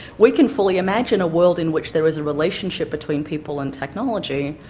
we can fully imagine a world in which there is a relationship between people and technology.